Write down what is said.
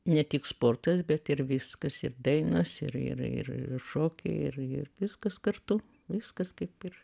ne tik sportas bet ir viskas ir dainos ir ir ir šokiai ir ir viskas kartu viskas kaip ir